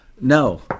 No